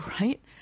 right